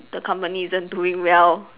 the company isn't doing well